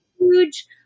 huge